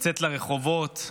לצאת לרחובות,